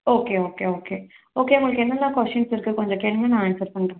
okay okay okay okay உங்களுக்கு என்னவெலாம் questions இருக்குது கொஞ்சம் கேளுங்க நான் ஆன்ஸர் பண்ணுறேன்